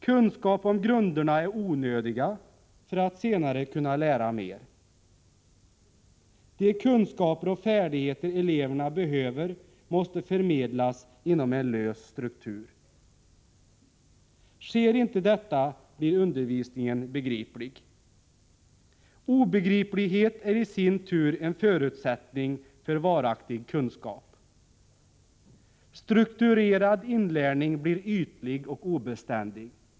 Kunskap om grunderna är onödiga för att senare kunna lära mera. De kunskaper och färdigheter eleverna behöver måste förmedlas inom en lös struktur. Sker inte detta blir undervisningen begriplig. Obegriplighet är i sin tur en förutsättning för varaktig kunskap. Strukturerad inlärning blir ytlig och obeständig.